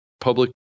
public